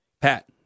Pat